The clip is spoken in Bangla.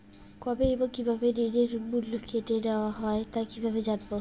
কবে এবং কিভাবে ঋণের মূল্য কেটে নেওয়া হয় তা কিভাবে জানবো?